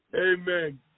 Amen